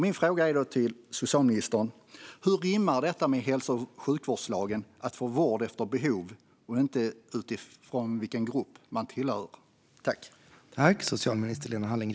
Min fråga till socialministern är: Hur rimmar detta med hälso och sjukvårdslagen, som säger att man ska få vård efter behov och inte utifrån vilken grupp man tillhör?